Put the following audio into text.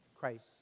Christ